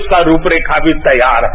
उसका रूपरेखा भी तैयार है